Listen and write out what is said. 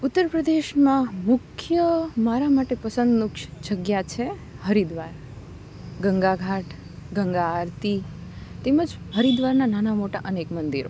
ઉત્તર પ્રદેશમાં મુખ્ય મારા માટે પસંદનું જગ્યા છે હરિદ્વાર ગંગાઘાટ ગંગા આરતી તેમજ હરિદ્વારના નાના મોટા અનેક મંદિરો